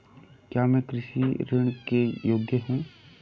क्या मैं कृषि ऋण के योग्य हूँ?